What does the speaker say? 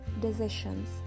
decisions